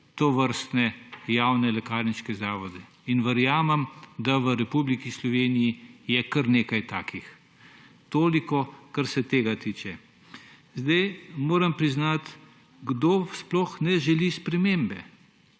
tovrstne javne lekarniške zavode. In verjamem, da v Republiki Sloveniji je kar nekaj takih. Toliko, kar se tega tiče. Moram priznati, kdo sploh ne želi spremembe